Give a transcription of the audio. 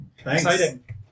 Thanks